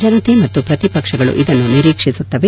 ಜನತೆ ಮತ್ತು ಪ್ರತಿಪಕ್ಷಗಳು ಇದನ್ನು ನಿರೀಕ್ಷಿಸುತ್ತವೆ